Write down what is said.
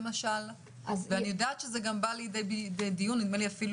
אני יודעת שדנו בסיפור של סיני,